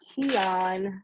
Kion